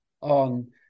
on